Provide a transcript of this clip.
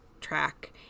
track